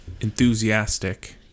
enthusiastic